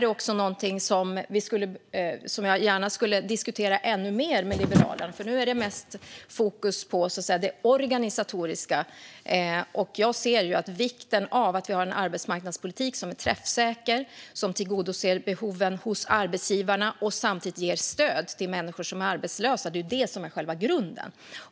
Det här är någonting som jag gärna skulle vilja diskutera ännu mer med Liberalerna. Nu är det mest fokus på det organisatoriska. Jag ser vikten av att vi har en arbetsmarknadspolitik som är träffsäker, tillgodoser behoven hos arbetsgivarna och samtidigt ger ett stöd till människor som är arbetslösa. Det är själva grunden.